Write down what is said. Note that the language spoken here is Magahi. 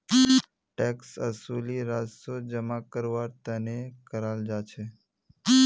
टैक्स वसूली राजस्व जमा करवार तने कराल जा छे